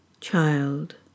Child